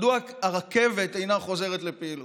מדוע הרכבת אינה חוזרת לפעילות.